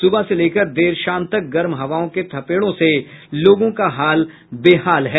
सुबह से लेकर देर शाम तक गर्म हवाओं के थपेड़ों से लोगों का हाल बेहाल है